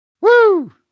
Woo